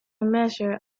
measure